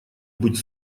быть